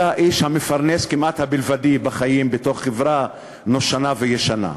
המפרנס הכמעט-בלבדי בחיים בתוך חברה נושנה וישנה,